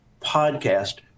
podcast